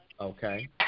Okay